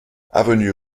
avenue